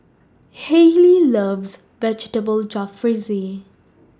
Hailey loves Vegetable Jalfrezi